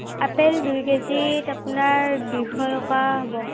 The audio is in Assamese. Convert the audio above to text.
আপেল দুই কেজিত আপোনাৰ দুইশ টকা হ'ব